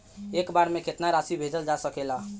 एक बार में केतना राशि भेजल जा सकेला?